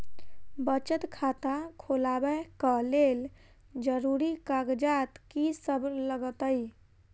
बचत खाता खोलाबै कऽ लेल जरूरी कागजात की सब लगतइ?